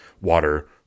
water